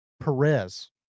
Perez